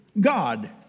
God